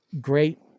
Great